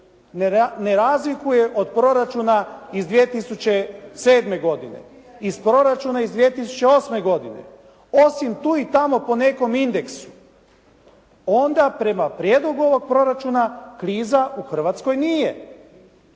ne razlikuje od proračuna iz 2007. godine, iz proračuna iz 2008. godine osim tu i tamo po nekom indeksu onda prema prijedlogu ovog proračuna kriza u Hrvatskoj nije.